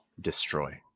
Destroy